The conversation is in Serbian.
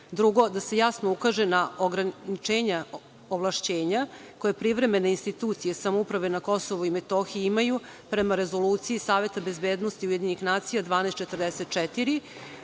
Drugo, da se jasno ukaže na ograničenja ovlašćenja koje privremene institucije uprave na Kosovu i Metohiji imaju prema Rezoluciji Saveta bezbednosti UN 1244